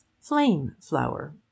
Flame-flower